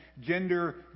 gender